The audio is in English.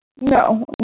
No